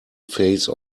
phase